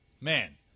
Man